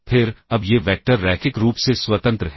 फिर अब ये वैक्टर रैखिक रूप से स्वतंत्र हैं